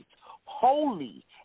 holy